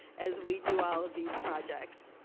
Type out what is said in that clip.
as we do all of these projects.